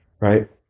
right